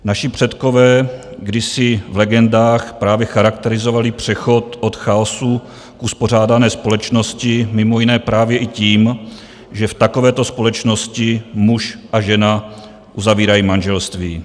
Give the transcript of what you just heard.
Naši předkové kdysi v legendách právě charakterizovali přechod od chaosu k uspořádané společnosti mimo jiné právě i tím, že v takovéto společnosti muž a žena uzavírají manželství.